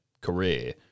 career